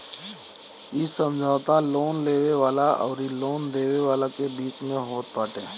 इ समझौता लोन लेवे वाला अउरी लोन देवे वाला के बीच में होत बाटे